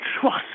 trust